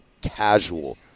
casual